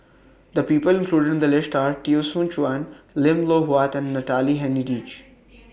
The People included in The list Are Teo Soon Chuan Lim Loh Huat and Natalie Hennedige